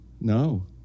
no